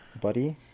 buddy